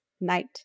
night